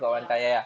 ya